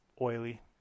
oily